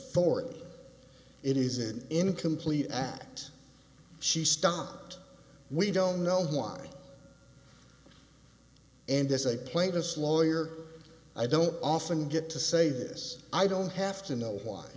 authority it is an incomplete act she stopped we don't know why and as a play this lawyer i don't often get to say this i don't have to know why